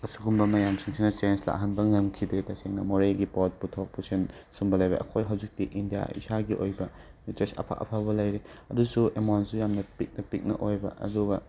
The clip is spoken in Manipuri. ꯑꯁꯨꯒꯨꯝꯕ ꯃꯌꯥꯝꯁꯤꯡꯁꯤꯅ ꯆꯦꯟꯖ ꯂꯥꯛꯍꯟꯕ ꯉꯝꯈꯤꯗꯦ ꯇꯁꯦꯡꯅ ꯃꯣꯔꯦꯒꯤ ꯄꯣꯠ ꯄꯨꯊꯣꯛ ꯄꯨꯁꯤꯟ ꯁꯨꯝꯕ ꯂꯩꯕꯒꯤ ꯑꯩꯈꯣꯏ ꯍꯧꯖꯤꯛꯇꯤ ꯏꯟꯗꯤꯌꯥ ꯏꯁꯥꯒꯤ ꯑꯣꯏꯕ ꯃꯦꯇ꯭ꯔꯦꯁ ꯑꯐ ꯑꯐꯕ ꯂꯩꯔꯦ ꯑꯗꯨꯁꯨ ꯑꯃꯥꯎꯟꯠꯁꯨ ꯌꯥꯝ ꯄꯤꯛꯅ ꯄꯤꯛꯅ ꯑꯣꯏꯕ ꯑꯗꯨꯒ